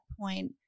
point